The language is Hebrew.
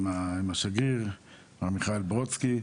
עם השגריר מיכאל ברודסקי,